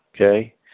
okay